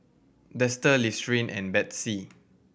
Dester Listerine and Betsy